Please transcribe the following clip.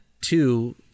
two